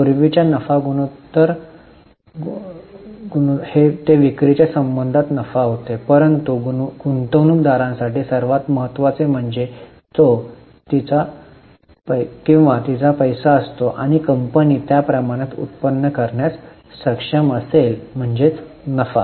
पूर्वीच्या नफा गुणोत्तर गुणोत्तर ते विक्रीच्या संबंधात नफा होते परंतु गुंतवणूकदारासाठी सर्वात महत्त्वाचे म्हणजे तो किंवा तिचा पैसा असतो आणि कंपनी त्या प्रमाणात उत्पन्न करण्यास सक्षम असेल म्हणजे नफा